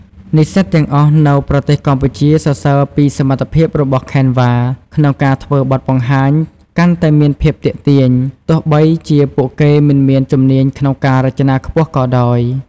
និស្សិតទាំងអស់នៅប្រទេសកម្ពុជាសរសើរពីសមត្ថភាពរបស់ Canva ក្នុងការធ្វើឱ្យបទបង្ហាញកាន់តែមានភាពទាក់ទាញ ទោះបីជាពួកគេមិនមានជំនាញក្នុងការរចនាខ្ពស់ក៏ដោយ។